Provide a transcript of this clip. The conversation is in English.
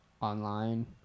online